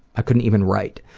i couldn't even write.